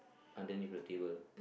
underneath the table